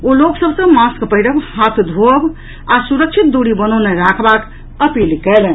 ओ लोक सभ सँ मास्क पहिरब हाथ धोअव आ सुरक्षित दूरी बनौने रखबाक अपील कयलनि